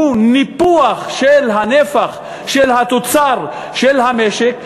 שהוא ניפוח של הנפח של תוצר המשק,